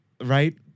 right